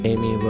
Amy